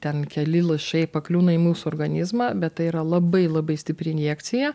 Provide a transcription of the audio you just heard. ten keli lašai pakliūna į mūsų organizmą bet tai yra labai labai stipri injekcija